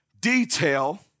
detail